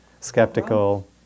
Skeptical